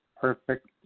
perfect